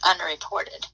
unreported